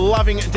Loving